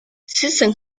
susan